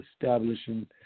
establishing